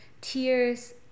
tears